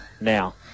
now